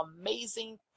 amazing